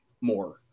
more